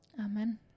Amen